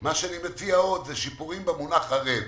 אני מציע שיפורים במונח ערב.